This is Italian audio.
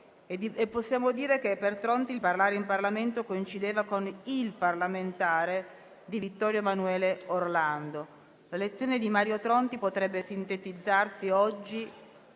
Possiamo dire che per Tronti il parlamentare coincideva con «Parlare in Parlamento» di Vittorio Emanuele Orlando. La lezione di Mario Tronti potrebbe sintetizzarsi oggi